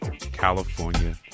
California